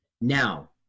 now